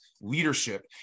leadership